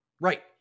Right